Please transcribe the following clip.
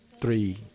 three